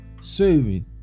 serving